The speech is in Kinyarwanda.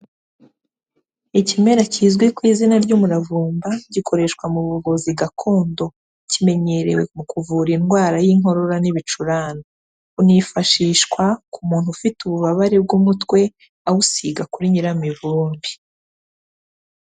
Ikimera kizwi ku izina ry'umuravumba gikoreshwa mu buvuzi gakondo, kimenyerewe mu kuvura indwara y'inkorora n'ibicurane, unifashishwa ku muntu ufite ububabare bw'umutwe awusiga kuri nyiramivumbi.